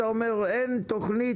אתה אומר: אין תוכנית,